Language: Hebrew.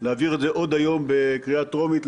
להעביר את זה עוד היום בקריאה טרומית,